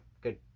good